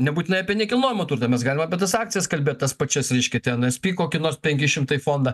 nebūtinai apie nekilnojamą turtą mes galim apie tas akcijas kalbėt tas pačias reiškia ten es pi kokį nors penki šimtai fondą